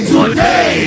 Today